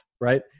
right